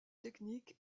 technique